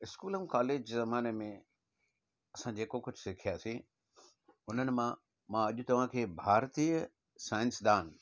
स्कूलमि college ज़माने में असां जेको कुझु सिखियासि हुननि मां मां अॼु तव्हांखे भारतीय साईंसदान